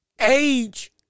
age